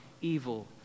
evil